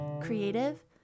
Creative